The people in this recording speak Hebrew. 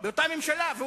באותה ממשלה.